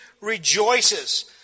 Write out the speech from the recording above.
rejoices